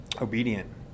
obedient